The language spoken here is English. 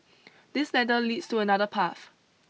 this ladder leads to another path